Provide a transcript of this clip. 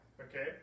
okay